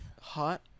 hot